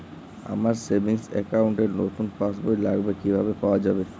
আমার savings account র নতুন পাসবই লাগবে কিভাবে পাওয়া যাবে?